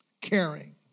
Caring